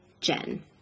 Jen